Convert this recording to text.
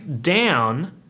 down